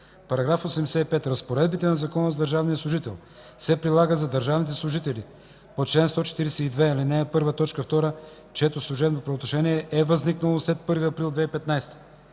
§ 85. Разпоредбите на Закона за държавния служител се прилагат за държавните служители по чл. 142, ал. 1, т. 2, чието служебно правоотношение е възникнало след 1 април 2015